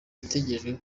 itegerejwe